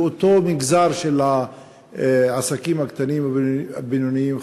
לאותו מגזר של העסקים הקטנים והבינוניים,